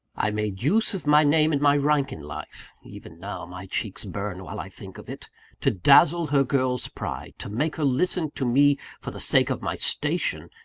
i made use of my name and my rank in life even now, my cheeks burn while i think of it to dazzle her girl's pride, to make her listen to me for the sake of my station,